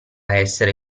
essere